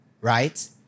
right